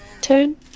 turn